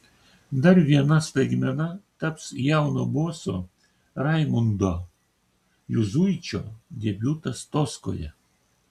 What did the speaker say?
dar viena staigmena taps jauno boso raimundo juzuičio debiutas toskoje